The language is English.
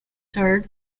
third